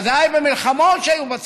ודאי במלחמות שהיו בצפון.